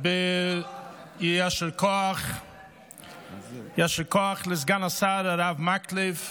אני רוצה קודם כול להתחיל ביישר כוח לסגן השר הרב מקלב,